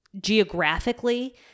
geographically